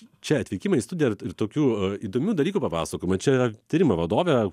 čia atvykimą į studiją ir to tokių įdomių dalykų papasakojimą čia tyrimo vadovė